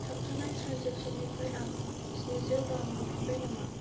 थाबथानाय ट्रेन्जेक्स'ननिफ्राय आं स्निजौ रां मोनफिनबाय नामा